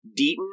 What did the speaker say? Deaton